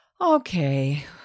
okay